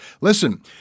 Listen